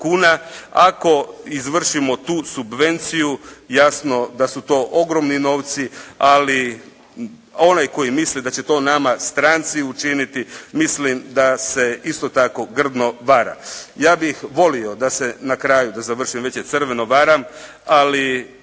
ako izvršimo tu subvenciju, jasno da su to ogromni novci, ali onaj koji misli da će to nama stranci učiniti, mislim da se isto tako grdno vara. Ja bih volio da se na kraju, da završim već je crveno, varam, ali